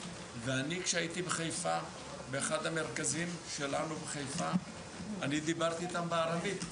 וכשהייתי בחיפה באחד המרכזים שלנו דיברתי איתם בערבית.